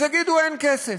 אז יגידו: אין כסף.